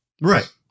Right